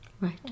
right